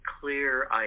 clear